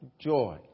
joy